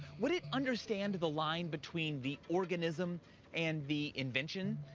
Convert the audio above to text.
would it understand the line between the organism and the invention?